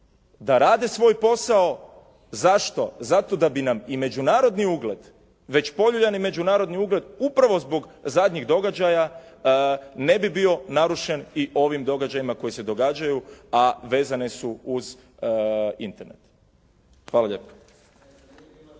da rade svoj posao, zašto? Zato da bi nam i međunarodni ugled, već poljuljani međunarodni ugled upravo zbog zadnjih događaja, ne bi bio narušen i ovim događajima koji se događaju, a vezeni su uz Internet. Hvala lijepo.